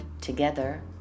together